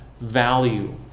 value